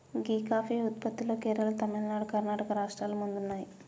గీ coffee ఉత్పత్తిలో కేరళ, తమిళనాడు, కర్ణాటక రాష్ట్రాలు ముందున్నాయి